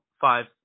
five